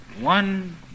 one